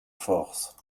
force